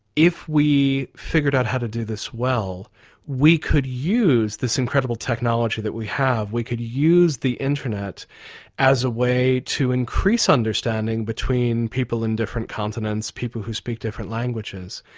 if we figured out how to do this well we could use this incredible technology that we have, we could use the internet as a way to increase understanding between people in different continents, people who speak different languages.